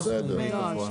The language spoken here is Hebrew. זה לא סכום גבוה.